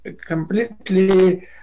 completely